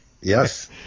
Yes